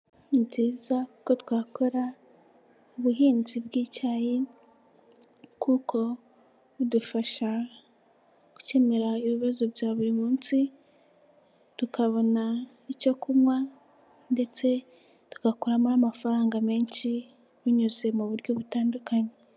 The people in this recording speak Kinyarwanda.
Ni byiza ko twakora ubuhinzi bw'icyayi, kuko budufasha gukemura ibibazo bya buri munsi, tukabona icyo kunywa, ndetse tugakoramo amafaranga menshi binyuze mu buryo butandukanye.